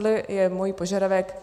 To je můj požadavek.